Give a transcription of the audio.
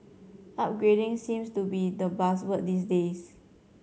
upgrading seems to be the buzzword these days